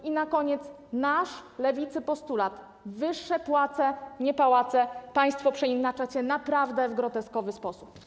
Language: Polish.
I na koniec: nasz, Lewicy, postulat „wyższe płace, nie pałace” państwo przeinaczacie naprawdę w groteskowy sposób.